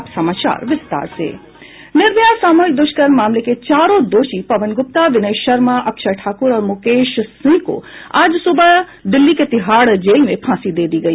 निर्भया सामूहिक द्रष्कर्म मामले के चारों दोषी पवन गुप्ता विनय शर्मा अक्षय ठाकुर और मुकेश सिंह को आज सुबह दिल्ली के तिहाड़ जेल में फांसी दे दी गई